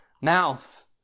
mouth